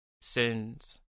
Sins